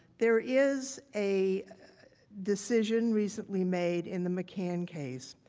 there is a decision recently made in the mccann case,